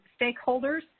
stakeholders